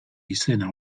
izena